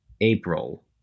April